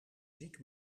ziek